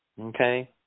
okay